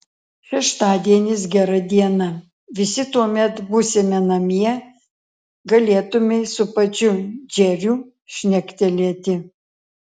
šeštadienis gera diena visi tuomet būsime namie galėtumei su pačiu džeriu šnektelėti